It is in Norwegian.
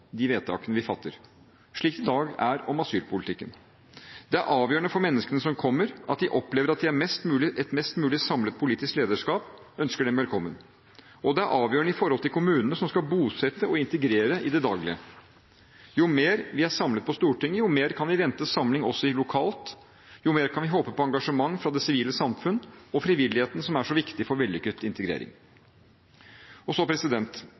de vedtak vi fatter, slik det i dag er om asylpolitikken. Det er avgjørende for menneskene som kommer, at de opplever at et mest mulig samlet politisk lederskap ønsker dem velkommen. Og det er avgjørende for kommunene som skal bosette og integrere i det daglige. Jo mer vi er samlet om på Stortinget, jo mer kan vi vente samling om lokalt – jo mer kan vi håpe på engasjement fra det sivile samfunn og frivilligheten, som er så viktig for vellykket integrering.